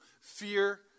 fear